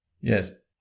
Yes